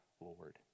Lord